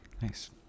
nice